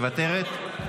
מוותרת,